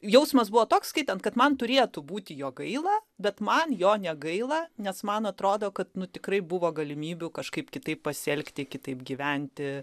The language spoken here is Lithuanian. jausmas buvo toks skaitant kad man turėtų būti jo gaila bet man jo negaila nes man atrodo kad nu tikrai buvo galimybių kažkaip kitaip pasielgti kitaip gyventi